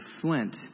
flint